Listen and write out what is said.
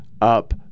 up